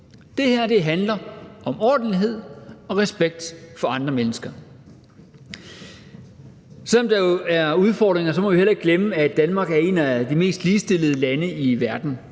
Det her handler om ordentlighed og respekt for andre mennesker. Selv om der jo er udfordringer, må vi heller ikke glemme, at Danmark er et af de mest ligestillede lande i verden.